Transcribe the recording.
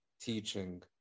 teaching